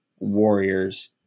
Warriors